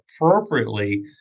appropriately